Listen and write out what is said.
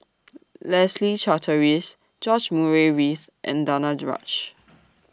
Leslie Charteris George Murray Reith and Danaraj